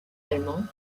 allemand